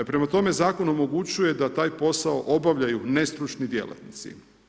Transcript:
Prema tome zakon omogućuje da taj posao obavljaju nestručni djelatnici.